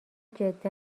جدا